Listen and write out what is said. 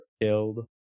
killed